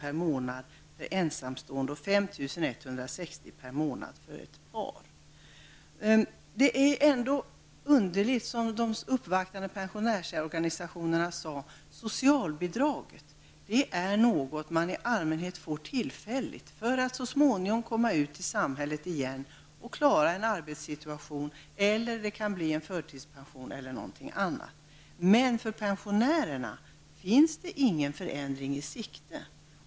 per månad för ensamstående och Situationen är ändå underlig, som de uppvaktande pensionärsorganisationerna sade, eftersom socialbidraget är något man i allmänhet får tillfälligt, för att så småningom komma ut i samhället igen och klara en arbetssituation, i vissa fall bli tilldelad förtidspension eller något annat. Men för pensionärerna finns det ingen förändring i sikte.